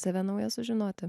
save naują sužinoti